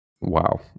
Wow